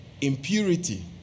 impurity